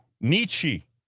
Nietzsche